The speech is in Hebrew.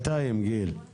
לתברואה.